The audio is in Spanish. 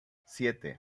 siete